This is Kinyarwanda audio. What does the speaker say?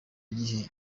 gihe